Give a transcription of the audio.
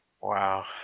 Wow